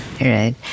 Right